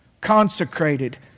Consecrated